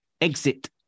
exit